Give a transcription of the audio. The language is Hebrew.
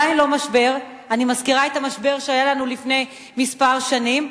אני מזכירה את המשבר שהיה לנו לפני כמה שנים,